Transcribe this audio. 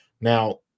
now